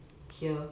here